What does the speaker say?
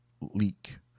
leak